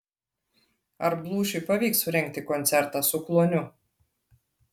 ar blūšiui pavyks surengti koncertą su kluoniu